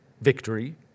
victory